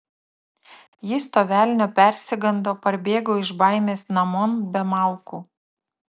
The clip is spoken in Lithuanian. jis to velnio persigando parbėgo iš baimės namon be malkų